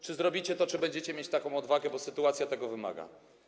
Czy zrobicie to, czy będziecie mieć taką odwagę, bo sytuacja tego wymaga?